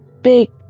big